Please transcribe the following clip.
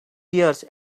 tears